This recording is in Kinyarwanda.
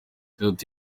yagize